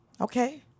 Okay